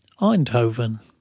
Eindhoven